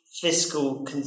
fiscal